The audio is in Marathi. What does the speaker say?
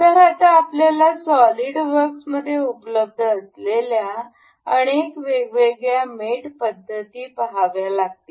तर आता आपल्याला सोलिडवर्क्समध्ये उपलब्ध असलेल्या अनेक वेगवेगळ्या मेट पद्धती पहाव्या लागतील